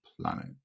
planet